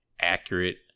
accurate